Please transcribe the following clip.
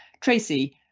Tracy